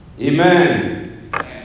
Amen